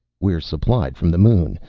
we're supplied from the moon.